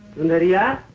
sundariya!